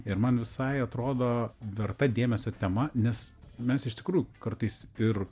ir man visai atrodo verta dėmesio tema nes mes iš tikrųjų kartais ir